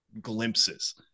glimpses